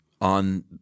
On